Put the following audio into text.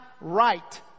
right